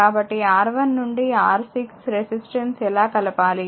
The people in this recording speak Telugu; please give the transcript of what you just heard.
కాబట్టి R1 నుండి R6 రెసిస్టెన్స్ ఎలా కలపాలి